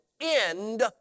end